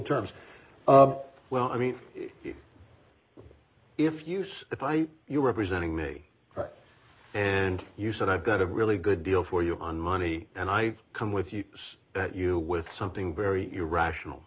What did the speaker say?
terms well i mean if you use if i you're representing me and you said i've got a really good deal for you on money and i come with you at you with something very irrational